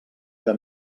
que